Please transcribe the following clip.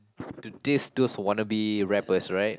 to diss those wanna be rappers right